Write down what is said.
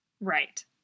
Right